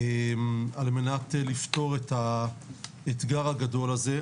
על מנת לפתור את האתגר הגדול הזה,